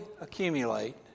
accumulate